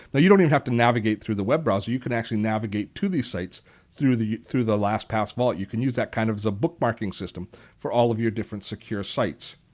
but you don't even have to navigate through the web browser. you can actually navigate to these sites through the through the lastpass vault. you can use that kind of as bookmarking system for all of your different secure sites.